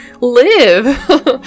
live